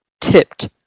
tipped